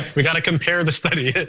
we've got to compare the study and